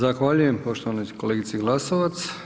Zahvaljujem poštovanoj kolegici Glasovac.